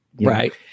right